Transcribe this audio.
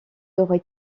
doré